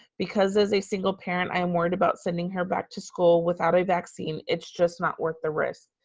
because as a single parent i am worried about sending her back to school without a vaccine, it's just not worth the risk.